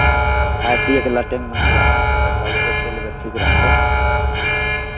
खाय पियैके लहटेनमे नहि लागब नहि तऽ सवेरे चलि अयबै ठीक रहतै